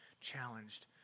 challenged